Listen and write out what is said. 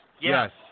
Yes